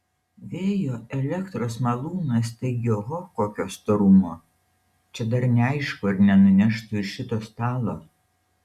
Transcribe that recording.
vėjo elektros malūnas taigi oho kokio storumo čia dar neaišku ar nenuneštų ir šito stalo